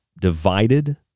divided